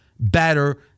better